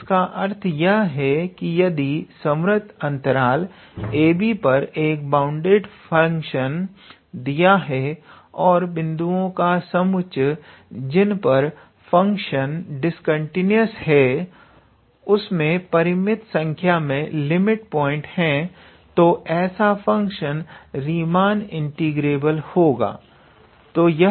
तो इसका अर्थ यह है कि यदि संवर्त अंतराल ab पर एक बाउंडेड फंक्शन दिया गया है और बिंदुओं का समुच्चय जिन पर फंक्शन डिस्कंटीन्यू है उसमें परिमित संख्या में लिमिट पॉइंट्स है तो ऐसा फंक्शन रीमान इंटीग्रेबल होगा